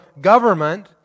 government